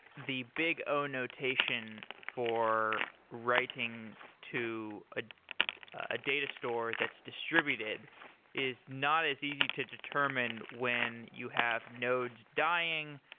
the big o notation for writing to a ah data store that's distributed is not as easy to determine when you have nodes dying.